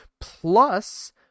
Plus